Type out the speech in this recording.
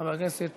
חבר הכנסת